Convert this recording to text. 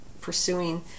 pursuing